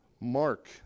Mark